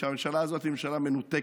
שהממשלה הזאת היא ממשלה מנותקת,